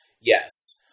Yes